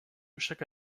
chaque